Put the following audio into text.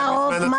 מוחא כפיים?